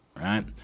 right